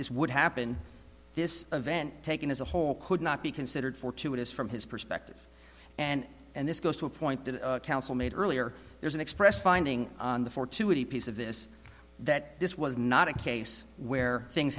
this would happen this event taken as a whole could not be considered fortuitous from his perspective and and this goes to a point that counsel made earlier there's an expressed finding on the fortuity piece of this that this was not a case where things